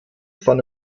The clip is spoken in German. fand